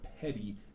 petty